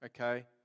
okay